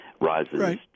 rises